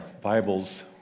Bibles